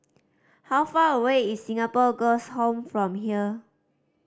how far away is Singapore Girls' Home from here